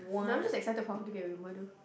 no I'm just excited for How-To-Get-Away-With-Murder